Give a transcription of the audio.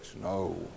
No